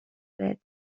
بهت